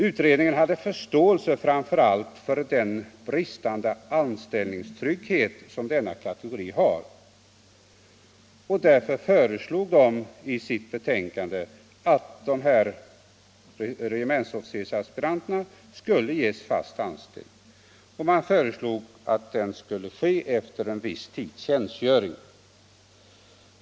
Utredningen hade förståelse framför allt för den bristande anställningstrygghet som denna kategori har. Därför föreslog utredningen i sitt betänkande att regementsofficersaspiranterna skulle ges fast anställning efter en viss tids tjänstgöring.